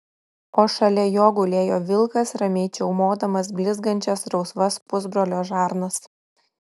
o šalia jo gulėjo vilkas ramiai čiaumodamas blizgančias rausvas pusbrolio žarnas